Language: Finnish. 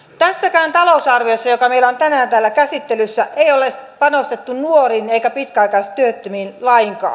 tässäkään talousarviossa joka meillä on tänään täällä käsittelyssä ei ole panostettu nuoriin eikä pitkäaikaistyöttömiin lainkaan